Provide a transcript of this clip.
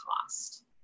cost